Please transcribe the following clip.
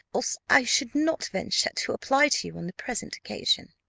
else i should not venture to apply to you on the present occasion.